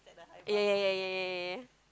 ya ya ya ya ya ya ya